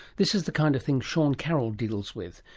this is the kind of thing sean carroll deals with.